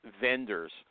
vendors